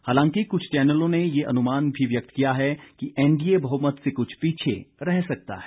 हालांकि कुछ चैनलों ने यह अनुमान भी व्यक्त किया है कि एनडीए बहुमत से कुछ पीछे रह सकता है